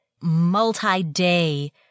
multi-day